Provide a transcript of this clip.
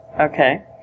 Okay